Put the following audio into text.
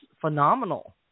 phenomenal